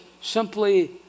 simply